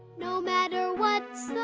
no matter what's